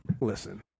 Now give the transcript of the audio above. listen